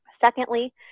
Secondly